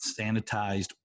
sanitized